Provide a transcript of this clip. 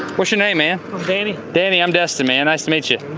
what's your name man? i'm danny. danny, i'm destin man, nice to meet you.